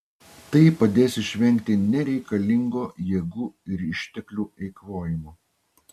tai padės išvengti nereikalingo jėgų ir išteklių eikvojimo